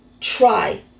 try